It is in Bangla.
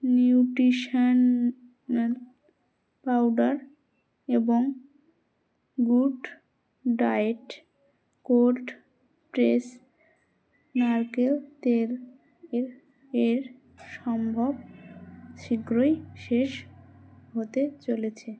নিউট্রিশান পাউডার এবং গুড ডায়েট কোল্ড প্রেসড নারকেল তেল এর সম্ভার শীঘ্রই শেষ হতে চলেছে